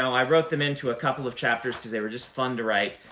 i wrote them into a couple of chapters, because they were just fun to write,